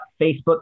Facebook